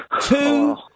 two